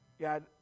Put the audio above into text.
God